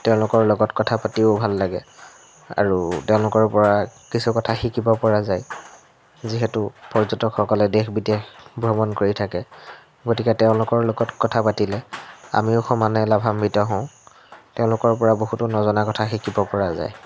তেওঁলোকৰ লগত কথা পাতিও ভাল লাগে আৰু তেওঁলোকৰপৰা কিছু কথা শিকিব পৰা যায় যিহেতু পৰ্যটকসকলে দেশ বিদেশ ভ্ৰমণ কৰি থাকে গতিকে তেওঁলোকৰ লগত কথা পাতিলে আমিও সমানে লাভান্বিত হওঁ তেওঁলোকৰপৰা বহুতো নজনা কথা শিকিব পৰা যায়